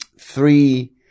three